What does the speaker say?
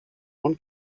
one